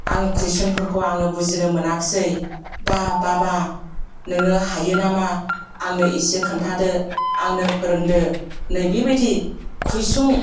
आङो कुइसनफोरखौ आङो बुजिनो मोनाखसै बा बाबा नोङो हायोनामा आंनो एसे खोन्थादो आंनो फोरोंदो नै बेबायदि कुइसन